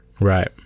Right